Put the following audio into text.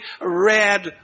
red